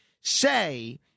say